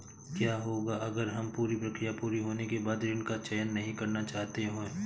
क्या होगा अगर हम पूरी प्रक्रिया पूरी होने के बाद ऋण का चयन नहीं करना चाहते हैं?